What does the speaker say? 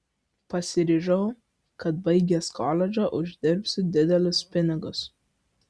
pasiryžau kad baigęs koledžą uždirbsiu didelius pinigus